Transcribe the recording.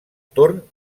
torn